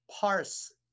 parse